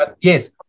Yes